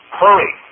hurry